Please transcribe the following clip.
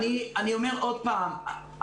אני אומר עוד פעם.